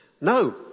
no